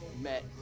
met